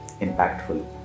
impactful